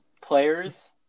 Players